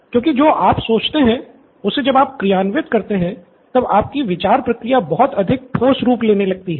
क्योंकि जो आप सोचते हैं उसे जब आप क्रियान्वित करते हैं तब आपकी विचार प्रक्रिया बहुत अधिक ठोस रूप लेने लगती है